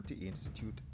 Institute